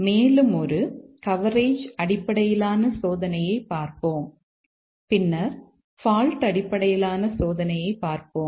இன்று டேட்டாஃப்ளோ சோதனையை பார்க்கலாம்